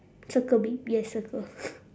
circle big yes circle